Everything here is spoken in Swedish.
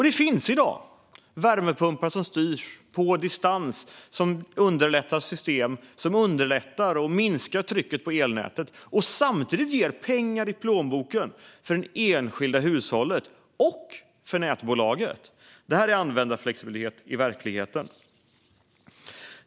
Det finns i dag värmepumpar som styrs på distans, som underlättar system och minskar trycket på elnätet och samtidigt ger pengar i plånboken för det enskilda hushållet och för nätbolaget. Det är användarflexibilitet i verkligheten.